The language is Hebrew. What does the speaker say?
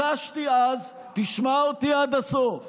יש לי הצעה, תשמע אותי עד הסוף.